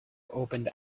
opened